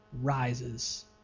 rises